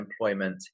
employment